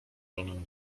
żonę